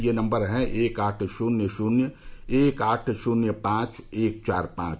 यह नम्बर है एक आठ शुन्य शुन्य एक आठ शुन्य पांच एक चार पांच